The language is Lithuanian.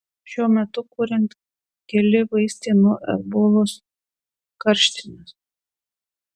šiuo metu kuriant keli vaistai nuo ebolos karštinės